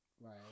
Right